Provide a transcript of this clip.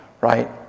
right